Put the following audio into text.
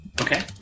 Okay